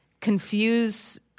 confuse –